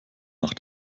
nach